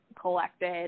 collected